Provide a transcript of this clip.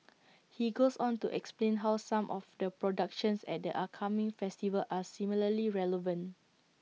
he goes on to explain how some of the productions at the upcoming festival are similarly relevant